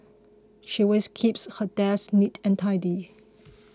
she always keeps her desks neat and tidy